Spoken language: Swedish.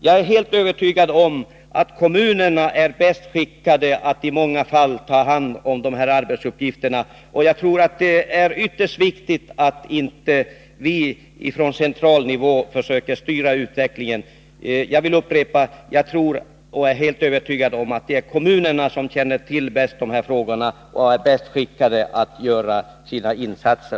Jag är helt övertygad om att kommunerna i många fall är bäst skickade att ta hand om dessa uppgifter. Det är ytterst viktigt att vi inte på central nivå försöker styra utvecklingen. Jag upprepar att jag är helt övertygad om att kommunerna bäst känner till dessa frågor.